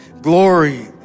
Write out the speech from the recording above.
glory